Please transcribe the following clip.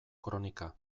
kronika